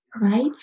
right